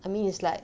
I mean it's like